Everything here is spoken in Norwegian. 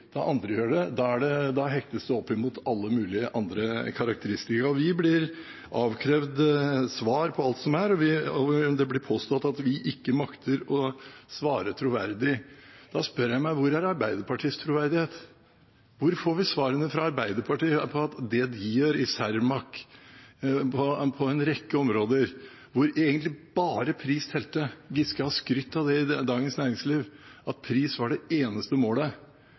opp mot alle mulige andre karakteristikker. Vi blir avkrevd svar på alt som er, og det blir påstått at vi ikke makter å svare troverdig. Da spør jeg meg: Hvor er Arbeiderpartiets troverdighet? Hvor får vi svarene fra Arbeiderpartiet på det de gjorde i Cermaq på en rekke områder, hvor egentlig bare pris telte – Giske har skrytt av det i Dagens Næringsliv, at pris var det eneste målet.